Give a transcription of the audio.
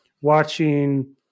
watching